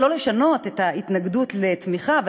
אולי לא לשנות את ההתנגדות לתמיכה,